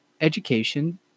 education